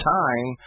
time